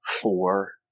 four